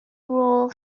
rôl